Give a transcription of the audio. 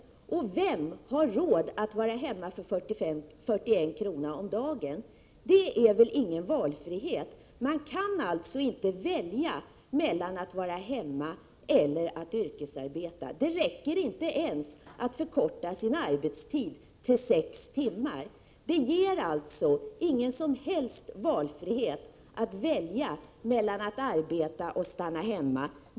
Vem har råd att vara hemma för 41 kr. om dagen? Det är väl ingen valfrihet? Man kan inte välja mellan att vara hemma och att yrkesarbeta. Det räcker inte ens för att förkorta sin arbetstid till sex timmar. Det ger alltså ingen som helst valfrihet. Man kan inte välja mellan att arbeta och att stanna hemma.